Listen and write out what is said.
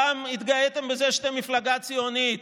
פעם התגאיתם בזה שאתם מפלגה ציונית,